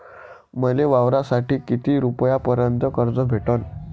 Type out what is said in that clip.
मले वावरासाठी किती रुपयापर्यंत कर्ज भेटन?